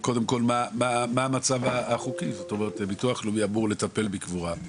מה המצב החוקי, הביטוח הלאומי אמור לטפל בקבורה.